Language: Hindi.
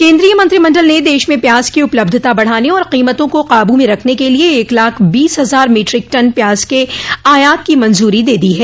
केन्द्रीय मंत्रिमंडल ने देश में प्याज की उपलब्धता बढ़ाने और कीमतों को काबू में रखने के लिए एक लाख बीस हजार मीट्रिक टन प्याज के आयात की मंजूरी दे दी है